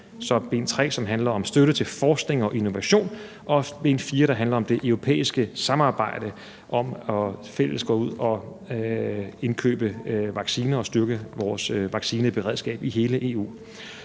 vaccinekandidater. 3. Støtte til forskning og innovation. 4. Det europæiske samarbejde om fælles at gå ud at indkøbe vacciner og styrke vores vaccineberedskab i hele EU.